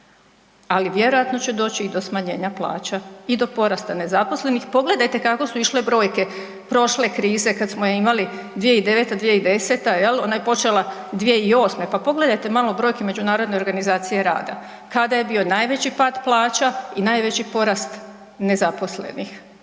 Ali vjerojatno će doći i do smanjenja plaća i do porasta nezaposlenih. Pogledajte kako su išle brojke prošle krize kada smo je imali 2009. 2010. Ona je počela 2008., pa pogledajte malo brojke Međunarodne organizacije rada kada je bio najveći pad plaća i najveći porast nezaposlenih.